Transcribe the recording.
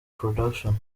production